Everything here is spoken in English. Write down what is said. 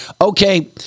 Okay